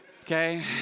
Okay